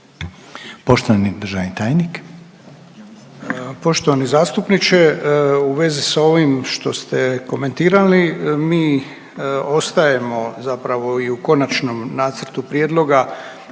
Poštovani državni tajnik.